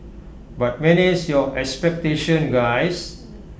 but manage your expectations guys